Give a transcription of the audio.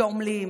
שעמלים?